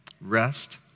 Rest